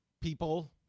People